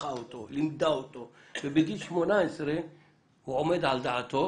טיפחה אותו, לימדה אותו ובגיל 18 הוא עומד על דעתו